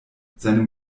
seinem